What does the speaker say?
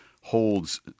holds